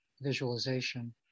visualization